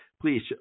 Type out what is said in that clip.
please